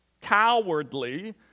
cowardly